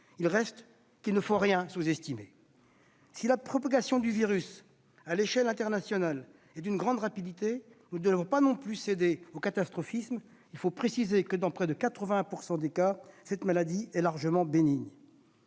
Reste qu'il ne faut rien sous-estimer. Si la propagation du virus à l'échelle internationale est d'une grande rapidité, nous ne devons pas non plus céder au catastrophisme. Il faut préciser que, dans près de 81 % des cas, cette maladie est largement bénigne.